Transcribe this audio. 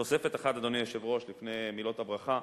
תוספת אחת, אדוני היושב-ראש, לפני מילות הברכה,